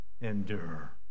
endure